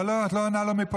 לא, לא, את לא עונה לו מפה.